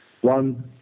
One